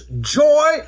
joy